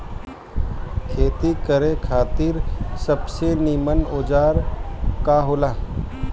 खेती करे खातिर सबसे नीमन औजार का हो ला?